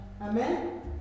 Amen